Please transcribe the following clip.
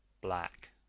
black